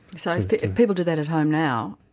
so if people do that at home now,